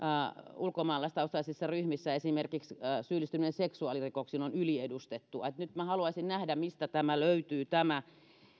ulkomaalaistaustaisissa ryhmissä esimerkiksi syyllistyminen seksuaalirikoksiin on yliedustettua nyt minä haluaisin nähdä mistä löytyy tämä